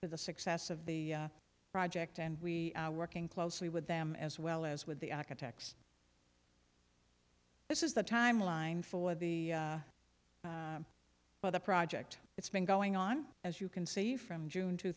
for the success of the project and we are working closely with them as well as with the architects this is the timeline for the for the project it's been going on as you can see from june two